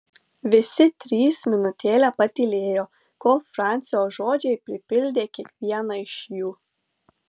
visi trys minutėlę patylėjo kol francio žodžiai pripildė kiekvieną iš jų